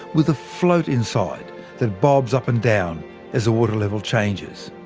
with a float inside that bobs up and down as the water level changes.